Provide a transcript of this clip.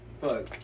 Fuck